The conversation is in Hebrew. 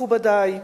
מכובדי,